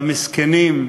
למסכנים,